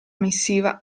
missiva